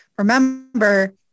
remember